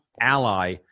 ally